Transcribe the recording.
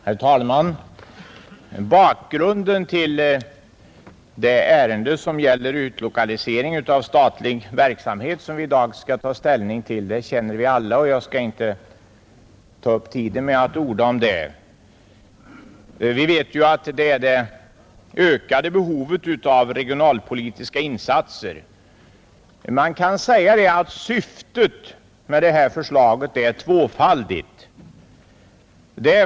Herr talman! Bakgrunden till det ärende om utlokalisering av statlig verksamhet, som vi i dag skall ta ställning till, känner vi alla och jag skall därför inte ta upp tiden med att orda om den. Vi vet ju att den är det ökade behovet av regionalpolitiska insatser, Man kan säga att syftet med detta förslag är tvåfaldigt.